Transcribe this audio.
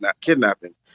kidnapping